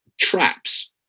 traps